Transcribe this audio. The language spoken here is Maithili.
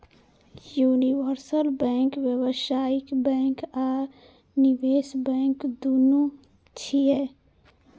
यूनिवर्सल बैंक व्यावसायिक बैंक आ निवेश बैंक, दुनू छियै